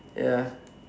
ya